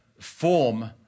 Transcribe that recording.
form